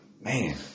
Man